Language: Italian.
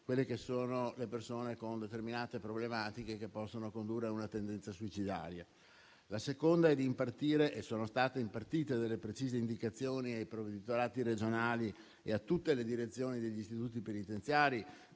dell'ingresso, le persone con determinate problematiche che possono condurre a una tendenza suicidaria. In secondo luogo, occorre impartire - e sono state impartite - delle precise indicazioni ai provveditorati regionali e a tutte le direzioni degli istituti penitenziari